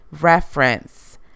reference